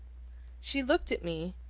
she looked at me,